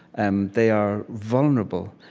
and they are vulnerable.